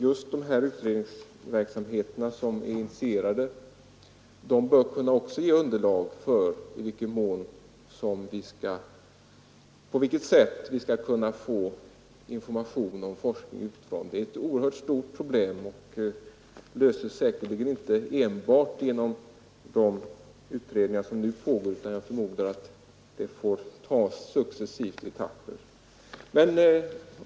Just de utredningar som är initierade bör också kunna bilda underlag för bedömning av på vilket sätt vi skall kunna få information om forskning utifrån. Det är ett oerhört stort problem, och det löses säkerligen inte enbart genom de utredningar som nu pågår, utan jag förmodar att det får klaras i etapper.